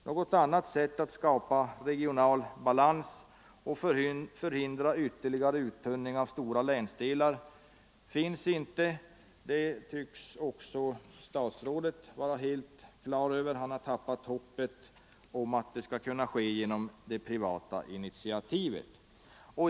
Något annat sätt att skapa regional balans och förhindra ytterligare uttunning av stora länsdelar finns inte. Det tycks också statsrådet vara helt på det klara med. Man har förlorat hoppet om att en ändring till det bättre skall kunna ske genom privat initiativ.